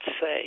say